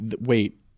wait